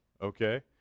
Okay